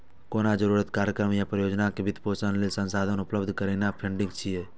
कोनो जरूरत, कार्यक्रम या परियोजना के वित्त पोषण लेल संसाधन उपलब्ध करेनाय फंडिंग छियै